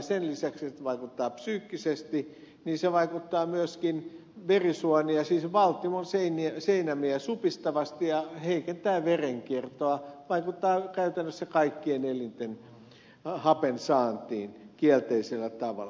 sen lisäksi että se vaikuttaa psyykkisesti se vaikuttaa myöskin verisuonia siis valtimon seinämiä supistavasti ja heikentää verenkiertoa vaikuttaa käytännössä kaikkien elinten hapensaantiin kielteisellä tavalla